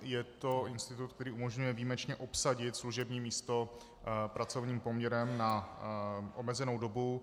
Je to institut, který umožňuje výjimečně obsadit služební místo pracovním poměrem na omezenou dobu.